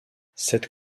cette